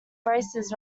braces